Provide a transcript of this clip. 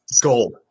gold